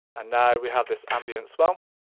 and now we have this ambient swell,